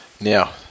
Now